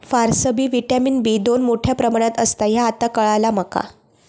फारसबी vitamin B दोन मोठ्या प्रमाणात असता ह्या आता काळाला माका